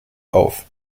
auf